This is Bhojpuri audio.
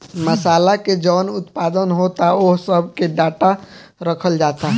मासाला के जवन उत्पादन होता ओह सब के डाटा रखल जाता